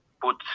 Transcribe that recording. put